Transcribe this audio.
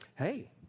hey